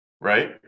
Right